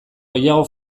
gehiago